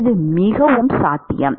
இது மிகவும் சாத்தியம்